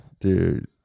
dude